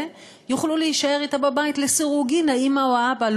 יוכלו להישאר אתו בבית לסירוגין האימא או האבא,